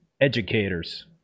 educators